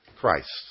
Christ